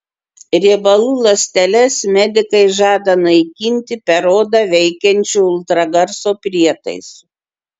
riebalų ląsteles medikai žada naikinti per odą veikiančiu ultragarso prietaisu